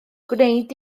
gwneud